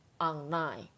online